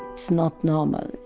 it's not normal.